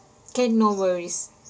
can no worries